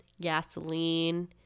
gasoline